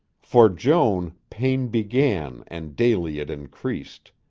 for joan pain began and daily it increased.